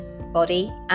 body